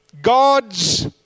God's